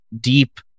deep